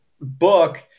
book